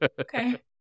Okay